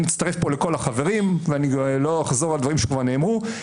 ואני מצטרף פה לכל החברים ולא אחזור על דברים שכבר נאמרו,